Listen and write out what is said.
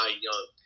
Young